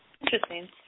interesting